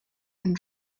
den